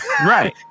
right